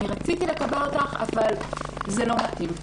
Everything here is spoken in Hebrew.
רציתי לקבל אותך אבל זה לא מתאים.